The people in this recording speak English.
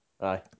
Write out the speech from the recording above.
Aye